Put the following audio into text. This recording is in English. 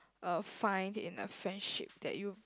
uh find in a friendship that you